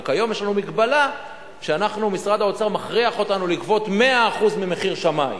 רק היום יש לנו מגבלה שמשרד האוצר מכריח אותנו לגבות 100% מחיר שמאי.